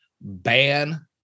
ban